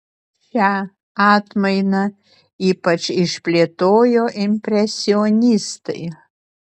šią atmainą ypač išplėtojo impresionistai